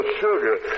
sugar